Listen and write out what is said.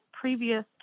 previous